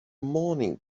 morning